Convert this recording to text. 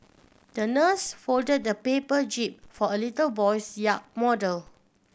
the nurse folded a paper jib for a little boy's yacht model